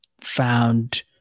found